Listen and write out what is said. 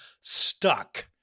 Stuck